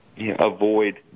avoid